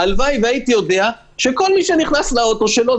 הלוואי והייתי יודע שכל מי שנכנס לרכב שלו,